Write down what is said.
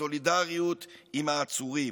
בסולידריות עם העצורים.